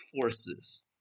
forces